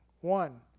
One